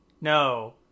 No